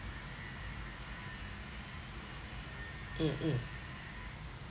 mm mm